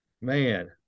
man